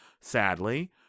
sadly